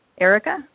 Erica